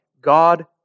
God